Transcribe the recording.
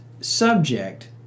subject